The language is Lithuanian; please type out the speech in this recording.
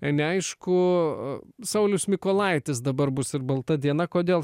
neaišku saulius mykolaitis dabar bus ir balta diena kodėl